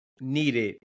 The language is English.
needed